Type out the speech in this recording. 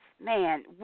man